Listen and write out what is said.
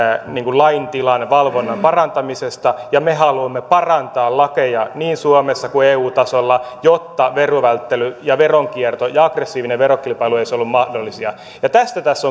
lain tilan valvonnan parantamisesta ja me haluamme parantaa lakeja niin suomessa kuin eu tasolla jotta verovälttely ja veronkierto ja aggressiivinen verokilpailu eivät olisi mahdollisia ja tästä tässä